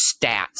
stats